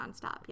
nonstop